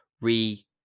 re